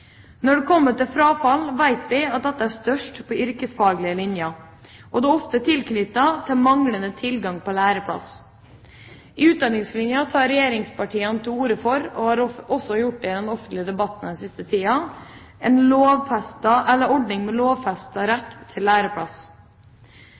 Når det kommer til frafall, vet vi at dette er størst på yrkesfaglige linjer, og det er ofte knyttet til manglende tilgang på læreplass. I Utdanningslinja tar regjeringspartiene til orde for, og har også gjort det i den offentlige debatten den siste tida, en ordning med